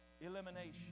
elimination